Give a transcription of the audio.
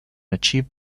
achieved